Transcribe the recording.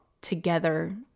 together